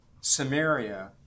Samaria